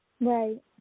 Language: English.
Right